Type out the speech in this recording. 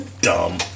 dumb